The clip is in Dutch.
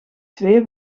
twee